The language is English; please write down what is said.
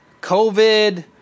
COVID